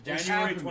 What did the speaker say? January